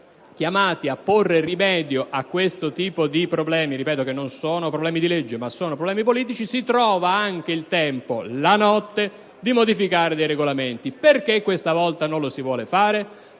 chiamati a porre rimedio a questo tipo di problemi - che, lo ripeto, non sono problemi di legge ma politici - si trova anche il tempo (magari la notte) di modificare i regolamenti. Perché questa volta non lo si vuole fare?